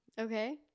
Okay